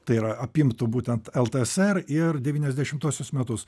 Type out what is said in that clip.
tai yra apimtų būtent ltsr ir devyniasdešimtuosius metus